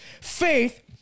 Faith